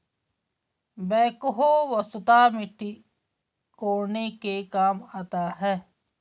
backhoe वस्तुतः मिट्टी कोड़ने के काम आता है